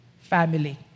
family